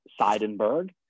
Seidenberg